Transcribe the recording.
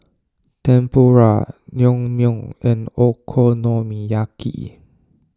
Tempura Naengmyeon and Okonomiyaki